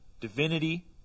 divinity